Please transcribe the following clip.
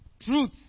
truth